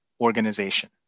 organization